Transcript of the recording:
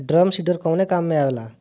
Drum seeder कवने काम में आवेला?